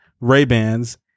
Ray-Bans